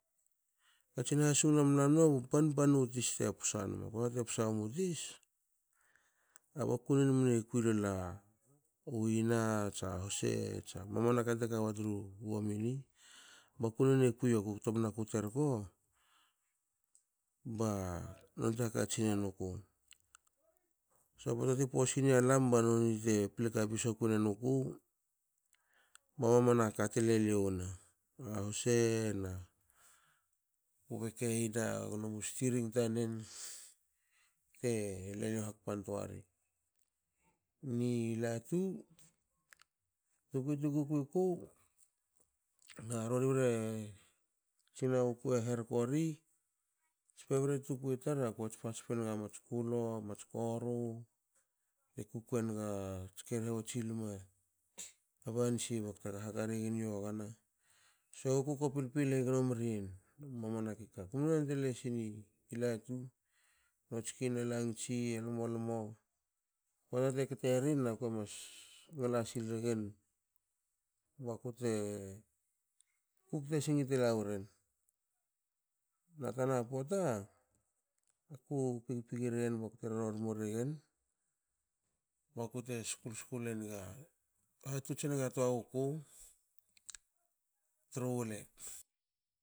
Katsin hasung lamlam nma bu pan pannu tis te psa nma pota te psanmu tis. a bakunen mne kui lola u yna. tsa huse tsa mama naka te ka tru wamini bakune e kui yoku. ktomna ku terko banonte hakatsi nenuku. So a pota ti posin yalam ba noni te ple kapi sokuine nuku ba mamana ka te leliou ne. A huse na u beke yana gnomiu string tanen te leliou hakpantoa ri. Ni latu tukui tu kukui ku na rori bre tsianguku e herko ri ats pebret tukui tar akoe tspa tspne ga mats kulo, mats koru ko kukuienga tske rehena tsilma a bansi bakte hakhaka regen i yogana. swe guku ko pilpilei gnom rien mamana pota. Akumnu antuen lesini latu notskin a langits a lmolmo. Pota te kterin akue mas ngala silregen bakute kukute singi tela weren na tana pota ku pig pigerien bakte rormo regen skulskul enga hatots enga toaguku tru wele